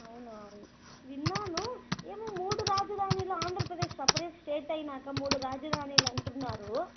అవును అవును విన్నాను ఏమో మూడు రాజధానీలు ఆంధ్రప్రదేశ్ సెపరేట్ స్టేట్ అయ్యాక మూడు రాజధానీలు అంటున్నారు